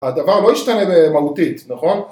הדבר לא ישתנה במהותית, נכון?